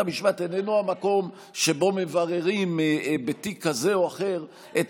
בית המשפט איננו המקום שבו מבררים בתיק כזה או אחר את